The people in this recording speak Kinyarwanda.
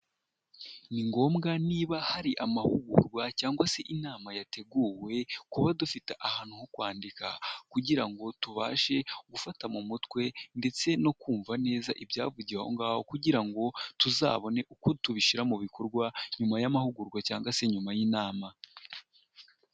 Ni ngombwa niba hari amahugurwa cyangwa se inama yateguwe kuba dufite ahantu ho kwandika, kugira ngo tubashe gufata mu mutwe ndetse no kumva neza ibyavugiwe aho ngaho kugira ngo tuzabone uko tubishyira mu bikorwa nyuma y'amahugurwa cyangwa se nyuma y'inama.